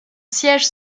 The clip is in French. siège